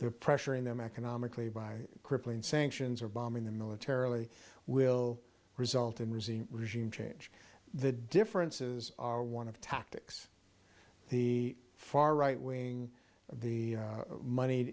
they're pressuring them economically by crippling sanctions or bombing the militarily will result in regime regime change the differences are one of tactics the far right wing of the money